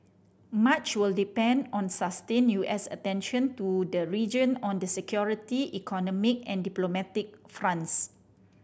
much will depend on sustained U S attention to the region on the security economic and diplomatic fronts